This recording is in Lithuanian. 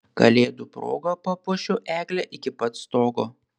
kalėdų proga papuošiu eglę iki pat stogo